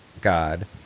God